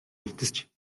үлдэж